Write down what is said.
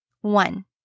One